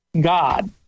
God